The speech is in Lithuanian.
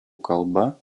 kalba